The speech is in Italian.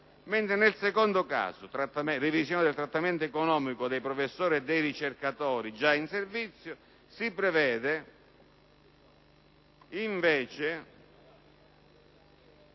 mentre nel secondo - revisione del trattamento economico dei professori e dei ricercatori già in servizio - si prevede invece